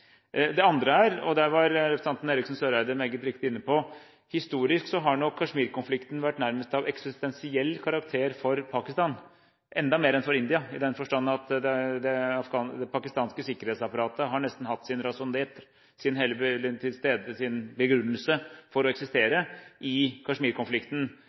Det andre er – og det var representanten Eriksen Søreide meget riktig inne på – at historisk har nok Kashmir-konflikten vært nærmest av eksistensiell karakter for Pakistan, enda mer enn for India, i den forstand at det pakistanske sikkerhetsapparatet nesten har hatt sin «raison d’être», sin hele begrunnelse for å eksistere,